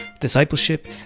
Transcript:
discipleship